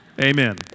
Amen